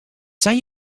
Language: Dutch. zijn